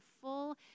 full